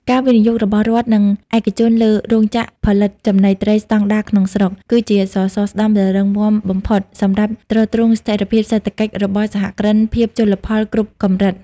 ការវិនិយោគរបស់រដ្ឋ និងឯកជនលើរោងចក្រផលិតចំណីត្រីស្ដង់ដារក្នុងស្រុក គឺជាសសរស្តម្ភដ៏រឹងមាំបំផុតសម្រាប់ទ្រទ្រង់ស្ថិរភាពសេដ្ឋកិច្ចរបស់សហគ្រិនភាពជលផលគ្រប់កម្រិត។